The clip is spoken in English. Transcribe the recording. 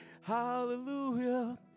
hallelujah